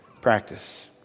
practice